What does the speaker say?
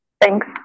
Thanks